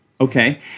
Okay